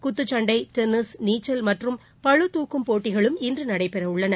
குத்துச்சண்டை டென்னிஸ் நீச்சல் மற்றும் பளுதாக்கும் இன்று நடைபெறவுள்ளன